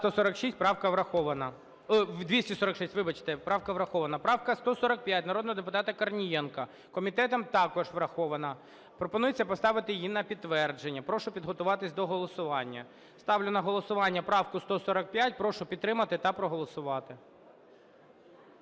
правка врахована. Правка 145 народного депутата Корнієнка, комітетом також врахована. Пропонується поставити її на підтвердження. Прошу підготуватись до голосування. Ставлю на голосування правку 145. Прошу підтримати та проголосувати.